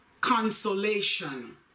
consolation